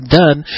done